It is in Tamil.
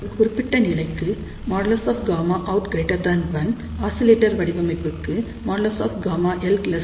இந்தக் குறிப்பிட்ட நிலைக்கு |Γout|1 ஆசிலேட்டர் வடிவமைப்புக்கு |ΓL|1